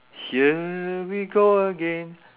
here we go again